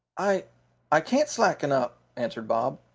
i i can't slacken up, answered bob.